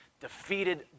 defeated